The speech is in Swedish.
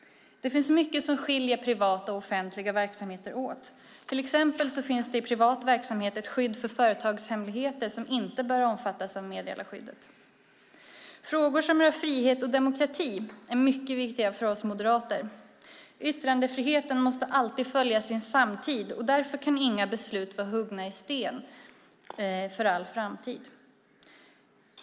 Det finns mycket som skiljer privata och offentliga verksamheter åt. Till exempel finns det i privat verksamhet ett skydd för företagshemligheter som inte bör omfattas av meddelarskyddet. Frågor som rör frihet och demokrati är mycket viktiga för oss moderater. Yttrandefriheten måste alltid följa sin samtid, och därför kan inga beslut vara huggna i sten för all framtid.